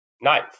knife